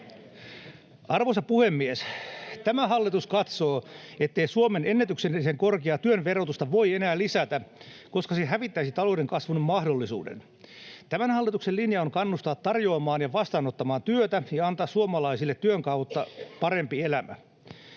Arvoisa puhemies! Tämä hallitus katsoo, ettei Suomen ennätyksellisen korkeaa työn verotusta voi enää lisätä, koska se hävittäisi talouden kasvun mahdollisuuden. Tämän hallituksen linja on kannustaa tarjoamaan ja vastaanottamaan työtä ja antaa suomalaisille työn kautta parempi elämä.